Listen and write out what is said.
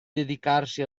dedicarsi